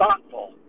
thoughtful